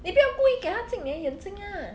你不要故意给它进你的眼镜 ah